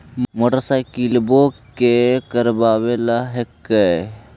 मोटरसाइकिलवो के करावे ल हेकै?